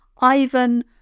Ivan